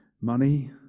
money